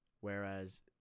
Whereas